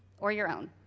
or your own.